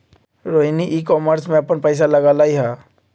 Rohini e commerce में अप्पन पैसा लगअलई ह